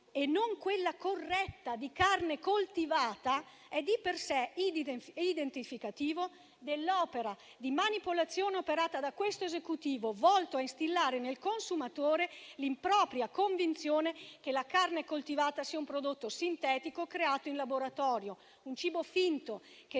e non quella corretta di "carne coltivata" è di per sé identificativo dell'opera di manipolazione operata da questo Esecutivo, volto a instillare nel consumatore l'impropria convinzione che la carne coltivata sia un prodotto sintetico creato in laboratorio, un cibo finto che